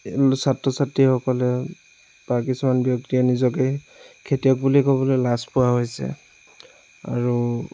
ছাত্ৰ ছাত্ৰীসকলে বা কিছুমান ব্যক্তিয়ে নিজকে খেতিয়ক বুলি ক'বলৈ লাজ পোৱা হৈছে আৰু